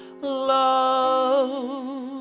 love